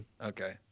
Okay